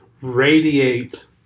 radiate